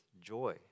joy